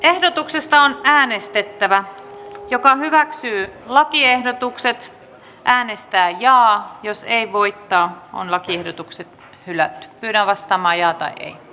ehdotuksesta on äänestettävä joka hyväksyy lakiehdotukset äänistä ja jos ei voittoa on lakiehdotuksen hylätty piinaavasta maija tai e